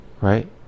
right